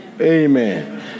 Amen